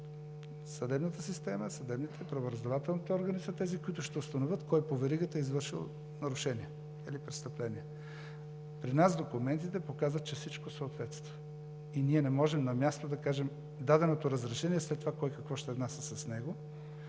съдебната система съдебните, правораздавателните органи са тези, които ще установят кой по веригата е извършил нарушение или престъпление. При нас документите показват, че всичко съответства и ние не можем на място да кажем даденото разрешение след това кой и какво ще внася с него